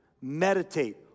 meditate